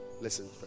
Listen